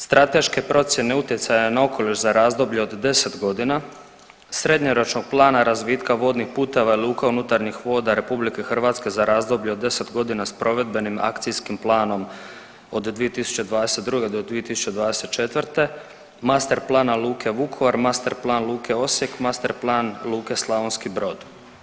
Strateške procjene utjecaja na okoliš za razdoblje od 10 godina srednjoročnog plana razvitka vodnih puteva i luka unutarnjih voda Republike Hrvatske za razdoblje od 10 godina sa provedbenim akcijskim planom od 2022. do 2024., master plana luke Vukovar, master plan luke Osijek, master plan luke Slavonski Brod.